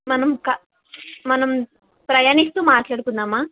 మనం క మనం ప్రయాణిస్తూ మాట్లాడుకుందామా